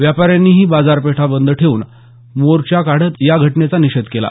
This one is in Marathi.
व्यापाऱ्यांनीही बाजारपेठ बंद ठेवून मोर्चा काढत या घटनेचा निषेध केला